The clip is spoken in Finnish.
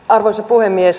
arvoisa puhemies